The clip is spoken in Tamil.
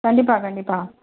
கண்டிப்பாக கண்டிப்பாக